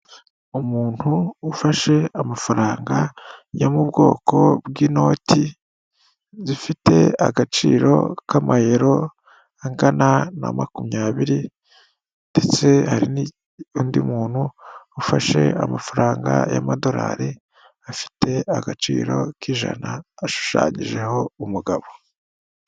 Umuntu ufashe amafaranga yo mu bwoko bw'inoti zifite agaciro k'amayero angana na makumyabiri ndetse hari n'undi muntu ufashe amafaranga y'amadorari afite agaciro k'ijana ashushanyijeho umugabo.